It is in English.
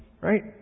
right